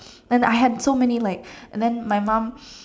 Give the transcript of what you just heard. and I had so many like and then my mum